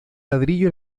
ladrillo